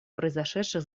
произошедших